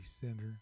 center